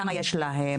כמה יש להם?